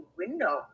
window